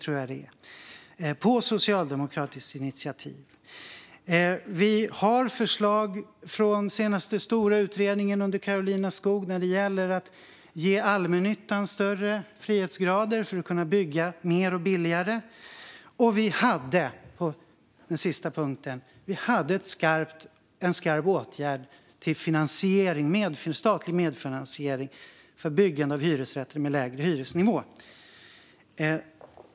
Detta har skett på socialdemokratiskt initiativ. Vi har förslag från den senaste stora utredningen, under Karolina Skog, när det gäller att ge allmännyttan en större grad av frihet för att kunna mer och billigare. Vi hade också en skarp åtgärd för statlig medfinansiering för byggande av hyresrätter med lägre hyresnivå.